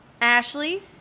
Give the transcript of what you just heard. Ashley